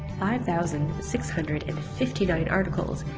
five thousand six hundred and fifty nine articles.